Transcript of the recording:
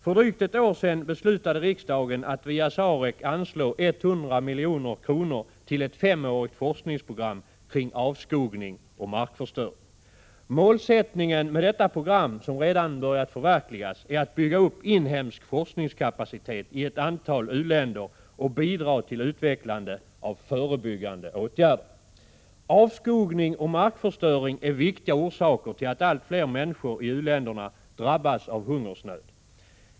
För drygt ett år sedan beslutade riksdagen att via SAREC anslå drygt 100 milj.kr. till ett femårigt forskningsprogram kring avskogning och markförstöring. Målsättningen med detta program, som redan börjat förverkligas, är att bygga upp inhemsk forskningskapacitet i ett antal u-länder och bidra till utvecklandet av förebyggande åtgärder. Avskogning och markförstöring är viktiga orsaker till att allt fler människor i u-länderna drabbas av hungersnöd.